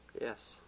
Yes